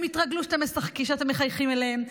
הם התרגלו שאתם מחייכים אליהם,